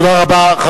תודה רבה.